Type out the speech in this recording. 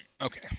Okay